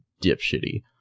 dipshitty